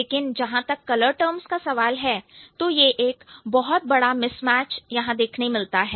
लेकिन जहां तक कलर टर्म्स का सवाल है तो एक बहुत बड़ा मिसमैच देखने मिलता है